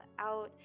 out